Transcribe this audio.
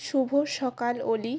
শুভ সকাল ওলি